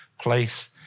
place